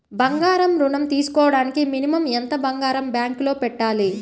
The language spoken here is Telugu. బంగారం ఋణం తీసుకోవడానికి మినిమం ఎంత బంగారం బ్యాంకులో పెట్టాలి?